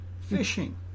fishing